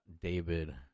David